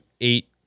eight